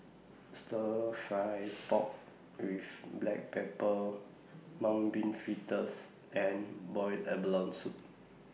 Stir Fry Pork with Black Pepper Mung Bean Fritters and boiled abalone Soup